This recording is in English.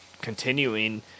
continuing